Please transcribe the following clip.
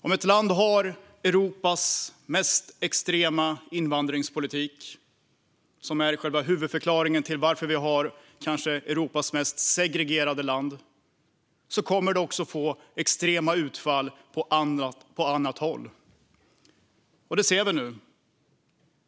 Om ett land har Europas mest extrema invandringspolitik, själva huvudförklaringen till att Sverige är Europas mest segregerade land, får det extrema utfall även på annat håll. Det ser vi nu.